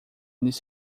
eles